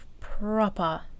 proper